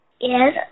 Yes